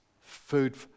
food